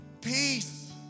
peace